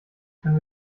können